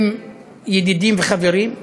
הם ידידים וחברים.